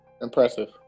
impressive